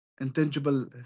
intangible